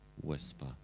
whisper